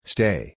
Stay